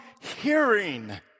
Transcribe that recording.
hearing